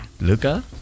luca